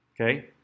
Okay